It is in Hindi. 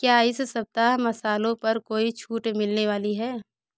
क्या इस सप्ताह मसालों पर कोई छूट मिलने वाली है